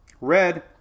red